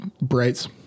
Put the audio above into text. brights